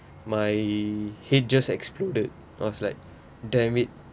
my head just exploded was like damn it